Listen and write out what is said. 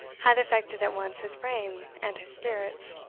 had affected at once his frame and his spirits